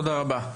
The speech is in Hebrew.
תודה רבה.